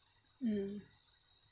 mm